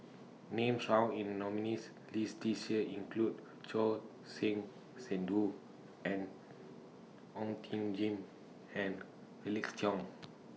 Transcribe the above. Names found in nominees' list This Year include Choor Singh Sidhu and Ong Tjoe Kim and Felix Cheong